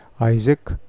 isaac